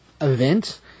event